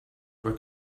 were